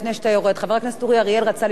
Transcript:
חבר הכנסת אורי אריאל רצה לשאול שאלה,